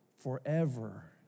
forever